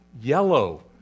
yellow